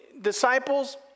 disciples